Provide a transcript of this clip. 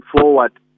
forward